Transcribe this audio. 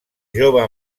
jove